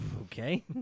Okay